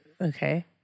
okay